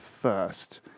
first